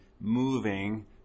moving